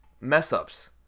mess-ups